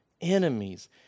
enemies